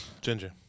Ginger